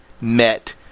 met